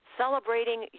celebrating